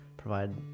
Provide